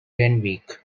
randwick